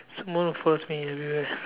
someone who follows me everywhere